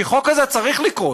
כי החוק הזה צריך לקרות,